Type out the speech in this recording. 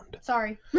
Sorry